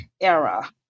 era